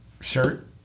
shirt